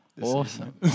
Awesome